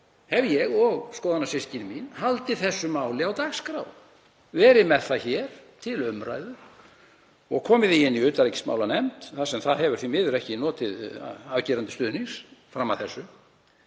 hef ég og skoðanasystkini mín haldið þessu máli á dagskrá, verið með það hér til umræðu og komið því inn í utanríkismálanefnd þar sem það hefur því miður ekki notið afgerandi stuðnings fram að þessu